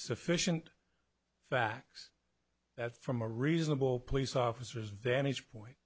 sufficient facts that from a reasonable police officers vantage point